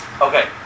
Okay